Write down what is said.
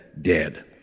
dead